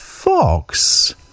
fox